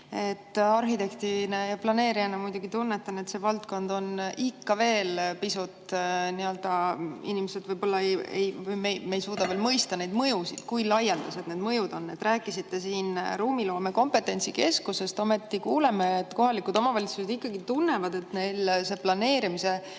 Arhitektina ja planeerijana muidugi tunnetan, et see valdkond on ikka veel pisut ... Võib-olla me ei suuda veel mõista neid mõjusid, kui laialdased need on. Rääkisite siin ruumiloome kompetentsikeskusest, ometi kuuleme, et kohalikud omavalitsused ikkagi tunnevad, et meil on planeerimise